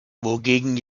wogegen